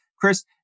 Chris